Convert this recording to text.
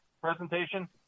presentation